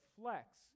flex